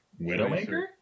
Widowmaker